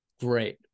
great